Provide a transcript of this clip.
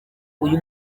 uyu